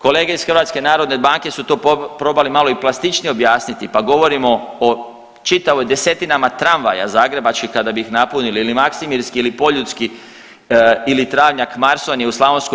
Kolege iz HNB-a su to probali malo i plastičnije objasniti pa govorimo o čitavoj, desetinama tramvaja zagrebačkih kada bi napunili ili maksimirski ili poljudski ili travnjak Marsonije u Sl.